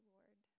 Lord